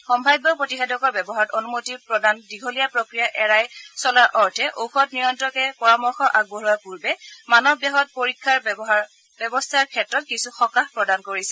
সম্ভাৱ্য প্ৰতিষেধকৰ ব্যৱহাৰত অনুমতি প্ৰদানৰ দীঘলীয়া প্ৰক্ৰিয়া এৰাই চলাৰ অৰ্থে ঔষধ নিয়ন্ত্ৰকে পৰামৰ্শ আগবঢ়োৱাৰ পূৰ্বে মানৱ দেহত পৰীক্ষাৰ ব্যৱস্থাৰ ক্ষেত্ৰত কিছু সকাহ প্ৰদান কৰা হৈছে